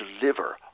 deliver